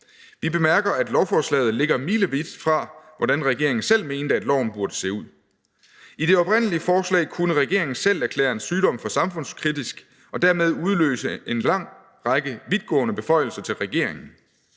Vi bemærker, at lovforslaget ligger milevidt fra, hvordan regeringen selv mente at loven burde se ud. I det oprindelige forslag kunne regeringen selv erklære en sygdom for samfundskritisk og dermed udløse en lang række vidtgående beføjelser til sig